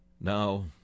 Now